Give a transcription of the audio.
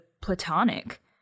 Platonic